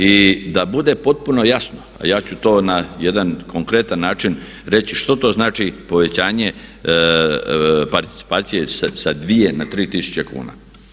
I da bude potpuno jasno, a ja ću to na jedan konkretan način reći što to znači povećanje participacije sa 2 na 3 tisuće kuna.